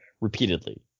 repeatedly